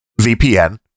vpn